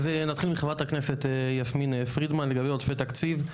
אז נתחיל מחברת הכנסת יסמין פרידמן לגבי עודפי תקציב.